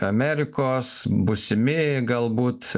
amerikos būsimi galbūt